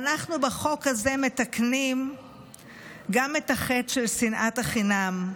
בחוק הזה אנחנו מתקנים גם את החטא של שנאת החינם.